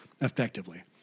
effectively